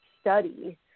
study